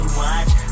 watch